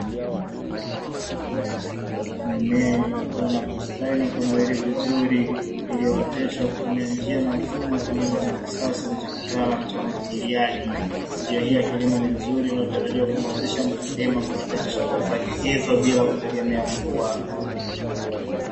Mimea iliyo kuwa na kustawi na kunawiri vizuri iliyo oteshwa kwakutumia njia na mfumo wa kilimo chakisasa na cha kitaalamu cha umwagiliaji, njia hiyo ya kilimo ni nzuri inayo tarajiwa kumuwezesha mkulima kuendesha shuhuli zake hizo bila kutegemea mvua.